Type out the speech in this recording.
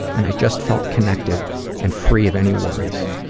and i just felt connected and free of any worries.